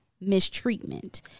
mistreatment